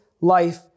life